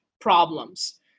problems